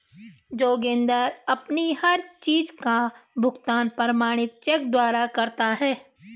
जोगिंदर अपनी हर चीज का भुगतान प्रमाणित चेक द्वारा करता है